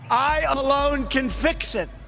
i alone can fix it.